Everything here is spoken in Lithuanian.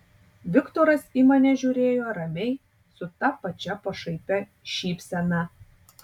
viktoras į mane žiūrėjo ramiai su ta pačia pašaipia šypsena